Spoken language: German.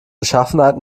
beschaffenheit